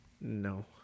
no